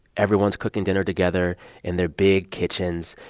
everyone's cooking dinner together in their big kitchens.